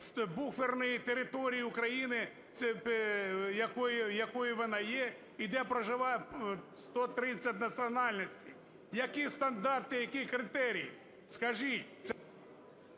буферної території України, якою вона є і де проживає 130 національностей? Які стандарти, які критерії? Скажіть,